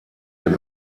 dem